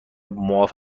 معاف